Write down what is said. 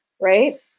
right